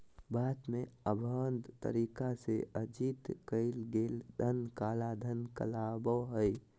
भारत में, अवैध तरीका से अर्जित कइल गेलय धन काला धन कहलाबो हइ